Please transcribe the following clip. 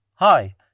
Hi